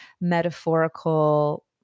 metaphorical